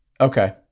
Okay